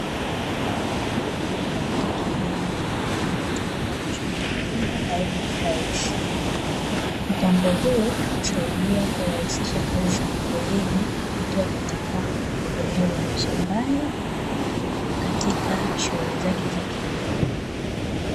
Mtambo wa kilimo unaotumika kuchuma matunda aina ya frayes. Mtambo huu, husaidia kurahisisha kazi ya mkulima, akiwa katika eneo la mashambani katika shughuli zake za kilimo.